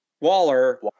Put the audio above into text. Waller